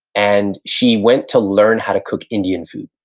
and she went to learn how to cook indian food.